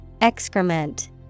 Excrement